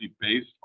based